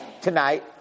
tonight